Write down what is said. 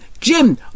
Jim